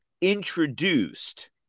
introduced